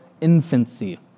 infancy